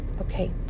Okay